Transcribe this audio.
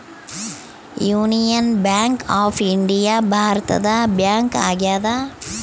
union bank of India ಭಾರತದ bank ಆಗ್ಯಾದ